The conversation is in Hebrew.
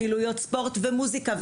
פעילויות ספורט ומוסיקה,